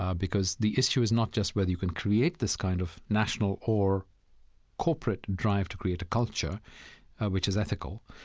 ah because the issue is not just whether you can create this kind of national or corporate drive to create a culture which is ethical.